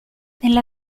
nella